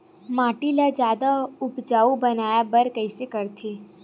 माटी ला जादा उपजाऊ बनाय बर कइसे करथे?